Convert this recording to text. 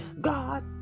God